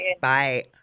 Bye